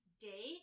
day